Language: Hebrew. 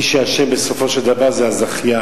מי שאשם בסופו של דבר זה הזכיין,